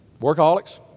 Workaholics